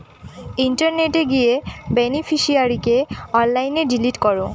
ইন্টারনেটে গিয়ে বেনিফিশিয়ারিকে অনলাইনে ডিলিট করো